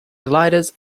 gliders